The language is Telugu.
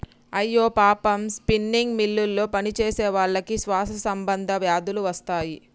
అయ్యో పాపం స్పిన్నింగ్ మిల్లులో పనిచేసేవాళ్ళకి శ్వాస సంబంధ వ్యాధులు వస్తాయి